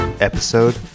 Episode